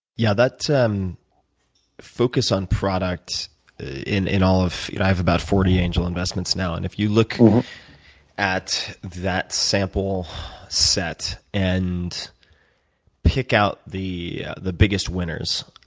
yeah, that's a um focus on product in in all of i have about forty angel investments now. and if you look at that sample set and pick out the the biggest winners.